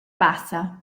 bassa